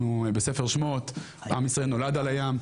אנחנו בספר שמות עם ישראל נולד על הים.